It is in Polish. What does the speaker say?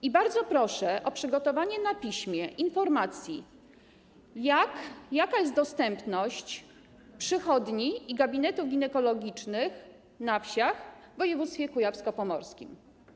I bardzo proszę o przygotowanie na piśmie informacji, jaka jest dostępność przychodni i gabinetów ginekologicznych na wsiach w województwie kujawsko-pomorskim.